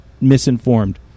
misinformed